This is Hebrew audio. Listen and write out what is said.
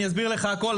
אני אסביר לך הכול.